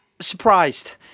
surprised